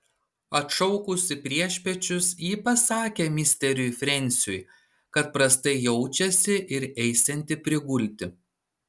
atšaukusi priešpiečius ji pasakė misteriui frensiui kad prastai jaučiasi ir eisianti prigulti